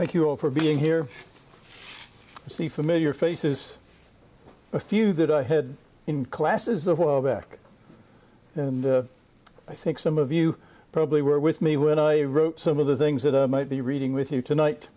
all for being here see familiar faces a few that i had in class is a while back i think some of you probably were with me when i wrote some of the things that i might be reading with you tonight